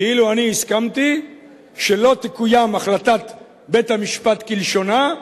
כאילו אני הסכמתי שלא תקוים החלטת בית-המשפט כלשונה,